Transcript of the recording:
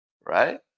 right